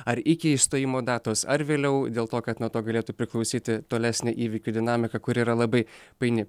ar iki išstojimo datos ar vėliau dėl to kad nuo to galėtų priklausyti tolesnė įvykių dinamika kuri yra labai paini